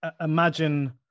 imagine